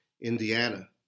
Indiana